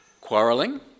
quarrelling